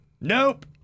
Nope